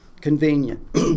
convenient